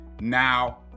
Now